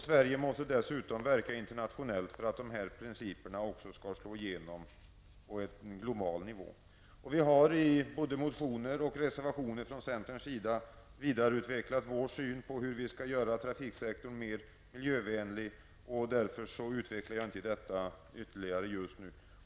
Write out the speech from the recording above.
Sverige måste dessutom verka internationellt för att dessa principer också skall slå igenom globalt. Från centerns sida har vi i både motioner och reservationer utvecklat vår syn på hur vi skall göra trafiksektorn mer miljövänlig. Jag utvecklar därför inte detta just nu.